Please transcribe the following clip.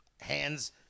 hands